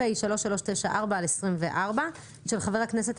אפשר לשאול רק,